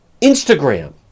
Instagram